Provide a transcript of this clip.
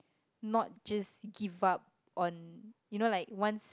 not just give up on you know like once